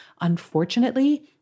Unfortunately